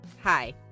Hi